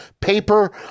paper